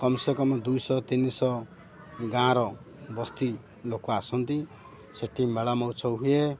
କମ୍ ସେ କମ୍ ଦୁଇଶହ ତିନିଶହ ଗାଁର ବସ୍ତି ଲୋକ ଆସନ୍ତି ସେଠି ମେଳା ମହୋତ୍ସବ ହୁଏ